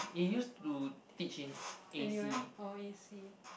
he used to teach in A_C